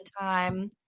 time